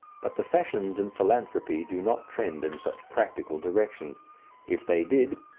but the fashions in philanthropy do not trend in such practical directions if they did,